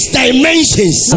dimensions